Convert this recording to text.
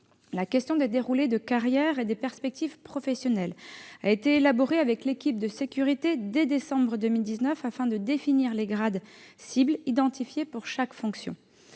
La question des déroulés de carrière et des perspectives professionnelles a été abordée avec l'équipe de sécurité dès le mois de décembre 2019, afin de définir les grades cibles identifiés pour chaque fonction.